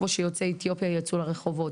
כמו שיוצאי אתיופיה יצאו לרחובות.